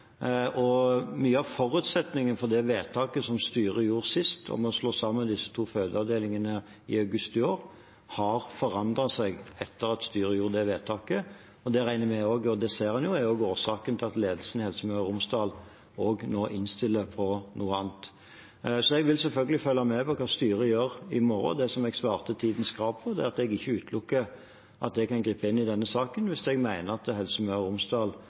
riktige. Mye av forutsetningen for det vedtaket som styret gjorde sist, om å slå sammen disse to fødeavdelingene i august i år, har forandret seg etter at styret gjorde det vedtaket, og det ser en også er årsaken til at ledelsen i Helse Møre og Romsdal nå innstiller på noe annet. Jeg vil selvfølgelig følge med på hva styret gjør i morgen. Det jeg svarte Tidens Krav på, er at jeg ikke utelukker at jeg kan gripe inn i denne saken hvis jeg mener Helse Møre og Romsdal